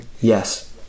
Yes